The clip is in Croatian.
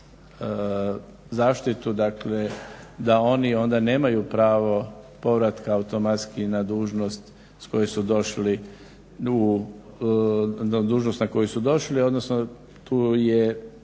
zaštitu, dakle da oni onda nemaju pravo povratka automatski na dužnost s koje su došli, odnosno tu je